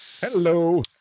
Hello